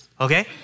Okay